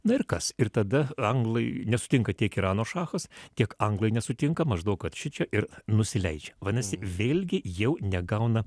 na ir kas ir tada anglai nesutinka tiek irano šachas tiek anglai nesutinka maždaug kad šičia ir nusileidžia vadinasi vėlgi jau negauna